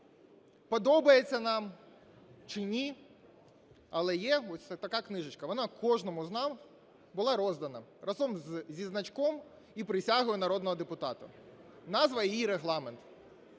Подобається нам чи ні, але є ось така книжечка, вона кожному з нас була роздана разом зі значком і присягою народного депутата, назва її Регламент.